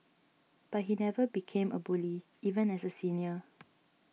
but he never became a bully even as a senior